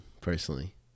personally